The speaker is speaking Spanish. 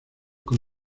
con